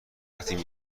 رفتیم